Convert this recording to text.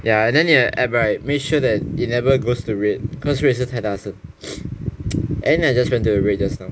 ya and then 你的 app right make sure that it never goes to red cause red 是太大声 and I just went to the red just now